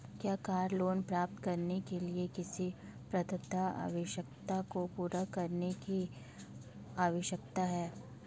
क्या car loan प्राप्त करने के लिए किसी पात्रता आवश्यकता को पूरा करने की आवश्यकता है?